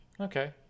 Okay